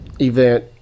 event